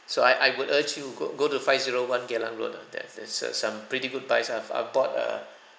so I I would urge you go go to five zero one geylang road ah there's there's uh some pretty good buys I've I've bought a